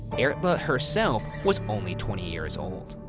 erla herself was only twenty years old.